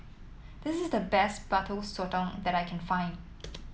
this is the best Butter Sotong that I can find